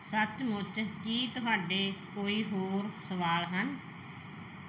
ਸੱਚ ਮੁੱਚ ਕੀ ਤੁਹਾਡੇ ਕੋਈ ਹੋਰ ਸਵਾਲ ਹਨ